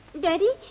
daddy,